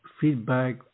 feedback